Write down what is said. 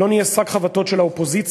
לא נהיה שק חבטות של האופוזיציה.